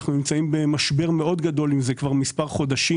אנחנו נמצאים עם זה במשבר גדול מאוד כבר מספר חודשים.